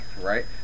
right